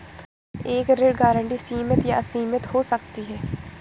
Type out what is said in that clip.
एक ऋण गारंटी सीमित या असीमित हो सकती है